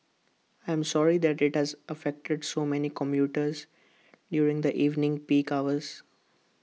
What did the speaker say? I'm sorry that IT has affected so many commuters during the evening peak hours